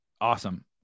Awesome